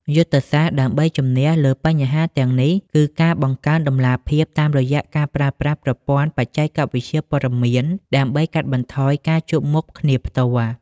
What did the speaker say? យុទ្ធសាស្ត្រដើម្បីជំនះលើបញ្ហាទាំងនេះ គឺការបង្កើនតម្លាភាពតាមរយៈការប្រើប្រាស់ប្រព័ន្ធបច្ចេកវិទ្យាព័ត៌មានដើម្បីកាត់បន្ថយការជួបមុខគ្នាផ្ទាល់។